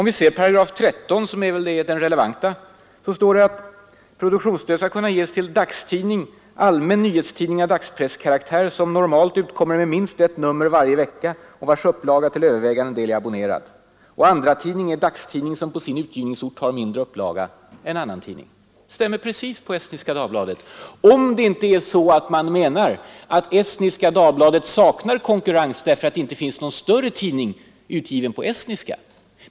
I 138§, som väl är den relevanta paragrafen, står att produktionsstöd skall kunna ges till ”dagstidning, allmän nyhetstidning av dagspresskaraktär som normalt utkommer med minst ett nummer varje vecka och vars upplaga till övervägande del är abonnerad”. Andratidning är ”dagstidning som på sin utgivningsort har mindre upplaga än annan tidning”. Det stämmer precis på Estniska Dagbladet — om man inte menar att Estniska Dagbladet saknar konkurrens därför att det inte finns någon större tidning utgiven på estniska.